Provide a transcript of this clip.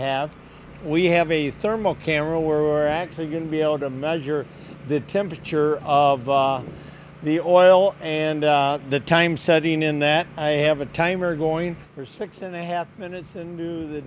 have we have a thermal camera we're actually going to be able to measure the temperature of the oil and the time studying in that i have a timer going for six and a half minutes and do the